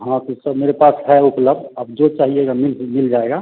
हाँ तो सब मेरे पास है उपलब्ध आप जो चाहिएगा मिल भी मिल जाएगा